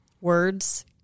words